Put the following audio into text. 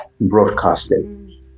broadcasting